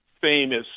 famous